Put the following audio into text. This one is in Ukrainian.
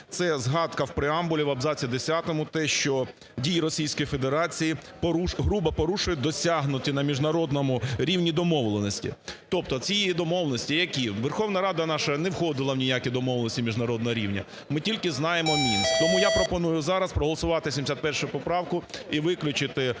Це згадка в преамбулі в абзаці десять, те, що дії Російської Федерації грубо порушує досягнуті на міжнародному рівні домовленості. Тобто ці є домовленості, які? Верховна Рада наша не входила в ніякі домовленості міжнародного рівня, ми тільки знаємо Мінськ. Тому я пропоную зараз проголосувати 71 поправку і виключити